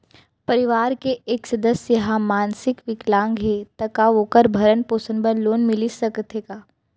परवार के एक सदस्य हा मानसिक विकलांग हे त का वोकर भरण पोषण बर लोन मिलिस सकथे का?